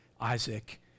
Isaac